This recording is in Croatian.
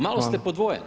Malo ste podvojeni.